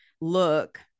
look